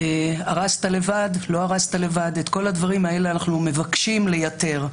"ארזת לבד?" "לא ארזת לבד?" את כל הדברים האלה אנחנו מבקשים לייתר,